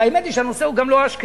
והאמת היא שהנושא הוא גם לא אשקלון,